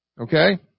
Okay